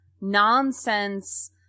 nonsense